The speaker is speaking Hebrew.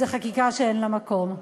זו חקיקה שאין לה מקום.